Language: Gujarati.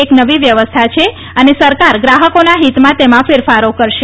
એક નવી વ્યવસ્થા છે અને સરકાર ગ્રાહકોના હિતમાં તેમાં ફેરફારો કરશે